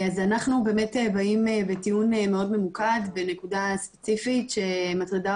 אז אנחנו באים בטיעון מאוד ממוקד בנקודה ספציפית שמטרידה